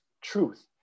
truth